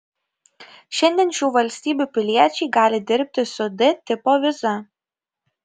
šiandien šių valstybių piliečiai gali dirbti su d tipo viza